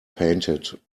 painted